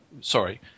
sorry